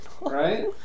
right